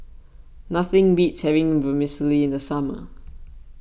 nothing beats having Vermicelli in the summer